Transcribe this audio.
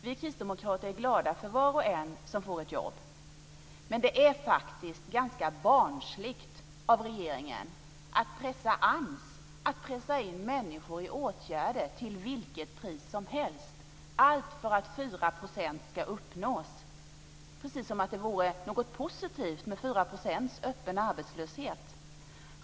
Vi kristdemokrater gläds över var och en som får ett jobb men det är faktiskt ganska barnsligt av regeringen att pressa AMS att till vilket pris som helst pressa in människor i åtgärder - allt för att de 4 procenten ska uppnås; precis som om det skulle vara något positivt med 4 % öppen arbetslöshet.